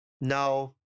No